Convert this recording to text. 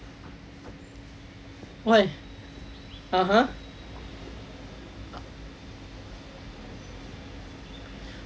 why (uh huh)